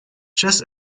chess